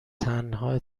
تنها